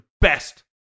best